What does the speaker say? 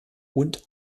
und